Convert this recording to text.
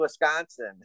Wisconsin